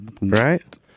right